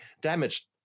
damaged